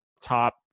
top –